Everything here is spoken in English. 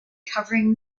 covering